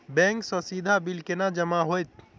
Bank सँ सीधा bill केना जमा होइत?